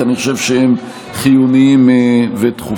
כי אני חושב שהם חיוניים ודחופים.